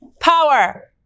power